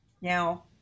Now